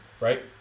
right